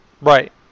right